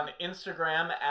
Instagram